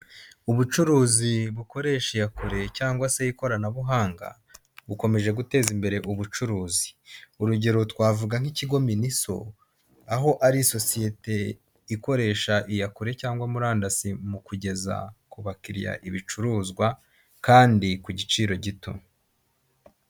Ubucuruzi bukoresha iya kure cyangwa se ikoranabuhanga, bukomeje guteza imbere ubucuruzi. Urugero twavuga nk'Ikigo Miniso aho ari sosiyete ikoresha iya kure cyangwa murandasi mu kugeza ku bakiriya ibicuruzwa kandi ku giciro gito.